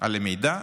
על המידע,